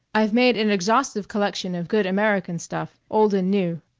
i've made an exhaustive collection of good american stuff, old and new.